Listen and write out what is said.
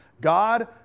God